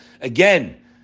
Again